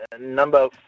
number